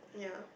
yeah